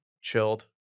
chilled